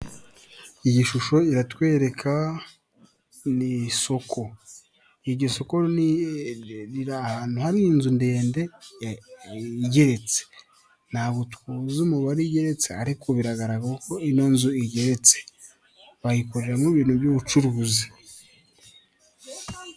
Iyi shusho iratwereka ni isoko iryo soko riri ahantu hari inzu ndende igeretse, ntabwo tuzi umubare igeretse ariko biragaragara ko ino nzu igeretse. Wayikoreramo ibintu by'ubucuruzi.